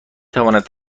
تواند